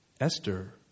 Esther